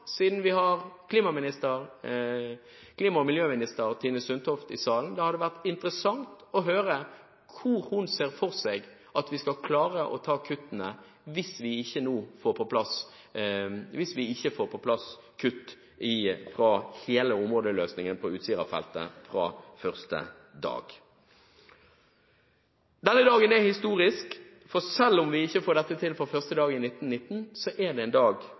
siden vi har klima- og miljøminister Tine Sundtoft i salen – å høre hvor hun ser for seg at vi skal klare å ta kuttene hvis vi ikke får på plass kutt fra hele områdeløsningen på Utsirafeltet fra første dag. Denne dagen er historisk, for selv om vi ikke får dette til fra første dag i 2019, er dette en dag